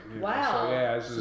Wow